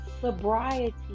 sobriety